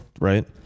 right